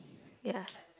ya